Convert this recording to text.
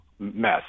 mess